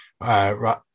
Right